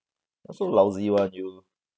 why so lousy [one] you